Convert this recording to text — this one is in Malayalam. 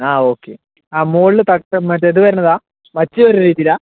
ആ ഓക്കെ ആ മുകളിൽ തട്ട് മറ്റേ ഇതു വരുന്നതാണ് മച്ചു വരുന്ന രീതിയിലാണ്